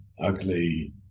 Ugly